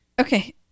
Okay